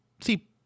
See